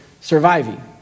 surviving